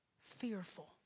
fearful